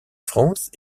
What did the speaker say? france